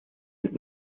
sind